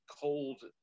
cold